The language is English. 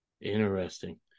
Interesting